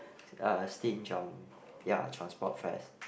uh stinge on ya transport fares